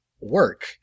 work